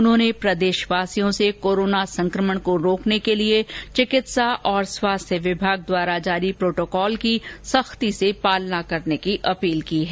उन्होंने प्रदेशवासियों से कोरोना संकमण को रोकने के लिए चिकित्सा और स्वास्थ्य विभाग द्वारा जारी प्रोटोकॉल की सख्ती से पालना करने की अपील की है